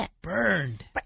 Burned